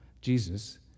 Jesus